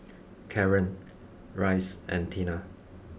Caren Rice and Tina